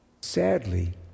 sadly